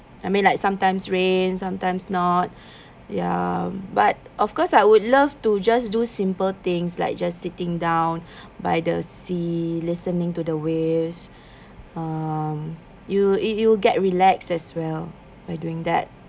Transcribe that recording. I mean like sometimes rain sometimes not ya but of course I would love to just do simple things like just sitting down by the sea listening to the waves um you you you get relax as well by doing that